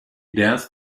danced